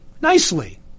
Nicely